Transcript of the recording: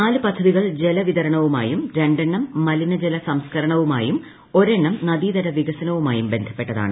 നാല് പദ്ധതികൾ ജല വിതരണവുമായും രണ്ടെണ്ണം മലിനജല സംസ്കരണവുമായും ഒരെണ്ണം നദീതട വികസനവുമായും ബന്ധപ്പെട്ടതാണ്